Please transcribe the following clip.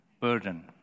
burden